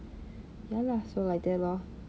ya lah so like that lor